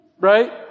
right